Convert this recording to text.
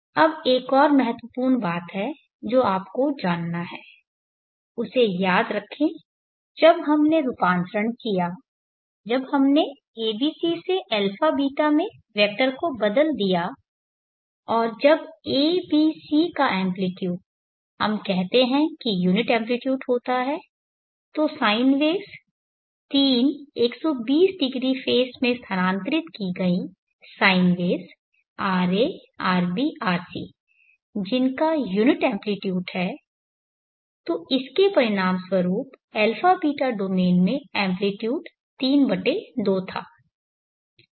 अब एक और महत्वपूर्ण बात है जिसे आपको जानना है उसे याद रखें जब हमने रूपांतरण किया जब हमने abc से αβ में वेक्टर को बदल दिया और जब a b c का एम्पलीट्यूड हम कहते हैं कि यूनिट एम्पलीट्यूड होता है तो साइन वेव्स 3 1200 फेज़ मे स्थानांतरित की गई sine waves ra rb rc जिनका यूनिट एम्पलीट्यूड है तो इसके परिणामस्वरूप αβ डोमेन में एम्पलीट्यूड 32 था